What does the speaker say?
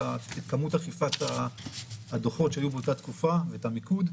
כמות הדוחות שהיו באותה תקופה ואת המיקוד.